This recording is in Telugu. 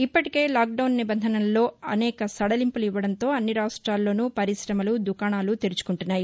ఇప్పటికే లాక్ డౌన్ నిబంధనల్లో అనేక సడలింపులు ఇవ్వడంతో అన్ని రాష్ట్లోనూ పరిశ్రమలు దుకాణాలు తెరుచుకుంటున్నాయి